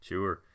Sure